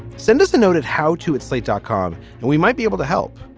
send us a noted how to at slate dot com and we might be able to help.